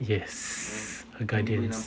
yes her guardians